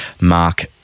Mark